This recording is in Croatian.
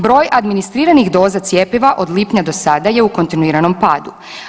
Broj administriranih doza cjepiva od lipnja do sada je u kontinuiranom padu.